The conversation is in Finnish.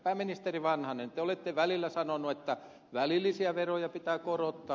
pääministeri vanhanen te olette välillä sanonut että välillisiä veroja pitää korottaa